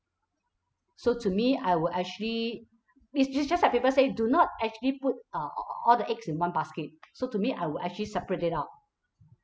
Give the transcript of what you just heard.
so to me I will actually it's just just like people say do not actually put uh all all the eggs in one basket so to me I will actually separate it out